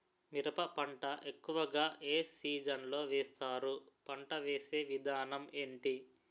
మిరప పంట ఎక్కువుగా ఏ సీజన్ లో వేస్తారు? పంట వేసే విధానం ఎంటి?